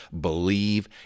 believe